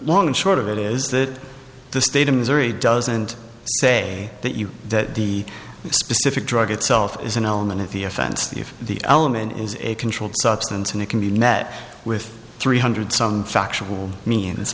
long and short of it is that the state of missouri doesn't say that you that the specific drug itself is an element of the offense that if the element is a controlled substance and it can be met with three hundred some factual me